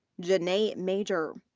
janae major.